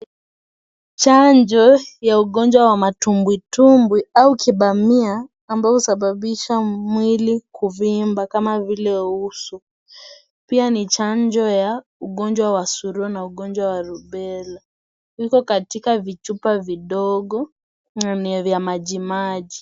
Chanjo ya ugonjwa ya matumbwi tumbwi au kibamia ambayo husababisha mwili kuvimba kama vile uusu pia ni chanjo ya ugonjwa wa surua na ugonjwa wa rubela viko katika vichupa vidogo na ni vya maji maji.